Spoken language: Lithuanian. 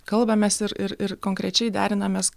kalbamės ir ir konkrečiai derinamės